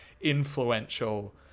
influential